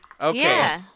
Okay